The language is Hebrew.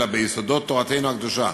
אלא ביסודות תורתנו הקדושה.